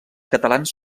catalans